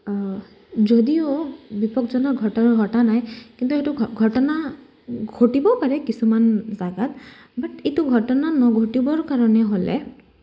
যদিও বিপদজনক ঘটনা ঘটা নাই কিন্তু সেইটো ঘটনা ঘটিবও পাৰে কিছুমান জাগাত বাট এইটো ঘটনা নঘটিবৰ কাৰণে হ'লে